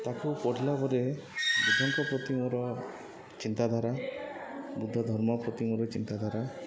ତାକୁ ପଢ଼ିଲା ପରେ ବୁଦ୍ଧଙ୍କ ପ୍ରତି ମୋର ଚିନ୍ତାଧାରା ବୁଦ୍ଧଧର୍ମ ପ୍ରତି ମୋର ଚିନ୍ତାଧାରା